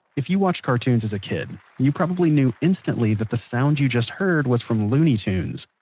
if you watched cartoons as a kid, you probably knew instantly that the sound you just heard was from looney tunes.